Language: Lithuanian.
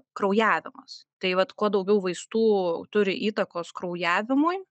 kraujavimas tai vat kuo daugiau vaistų turi įtakos kraujavimui